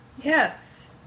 yes